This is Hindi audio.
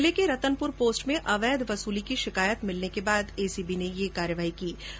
जिले के रतनपुर पोस्ट में अवैध वसूली की शिकायत मिलने के बाद एसीबी ने ये कार्यवाही की है